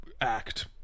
act